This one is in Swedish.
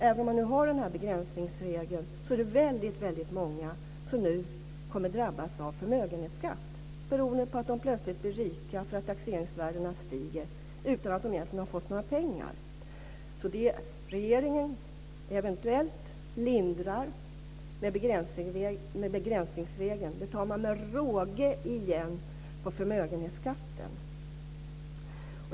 Även om vi har en begränsningsregel är det många som nu kommer att drabbas av förmögenhetsskatt beroende på att de plötsligt blir rika för att taxeringsvärdena stiger utan att de egentligen har fått några pengar. Det regeringen eventuellt lindrar med begränsningsregeln tar man med råge igen på förmögenhetsskatten.